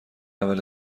اول